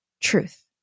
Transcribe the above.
truth